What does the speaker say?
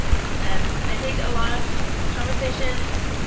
and i think a lot of conversations,